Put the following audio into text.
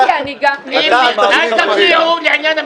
אתה אל תחמיא לי.